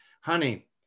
Honey